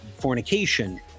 fornication